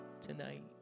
tonight